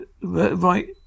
right